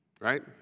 Right